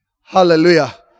Hallelujah